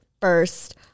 first